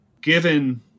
given